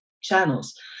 channels